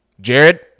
Jared